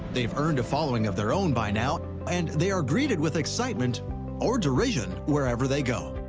they've earned a following of their own by now, and they are greeted with excitement or derision wherever they go.